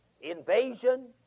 Invasion